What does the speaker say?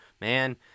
man